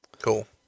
Cool